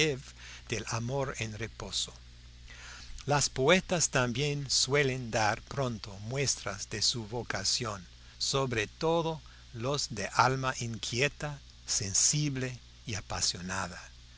del amor en reposo los poetas también suelen dar pronto muestras de su vocación sobre todo los de alma inquieta sensible y apasionada